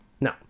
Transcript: No